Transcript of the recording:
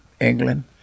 England